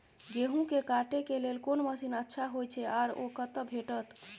गेहूं के काटे के लेल कोन मसीन अच्छा छै आर ओ कतय भेटत?